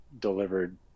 delivered